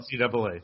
NCAA